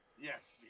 Yes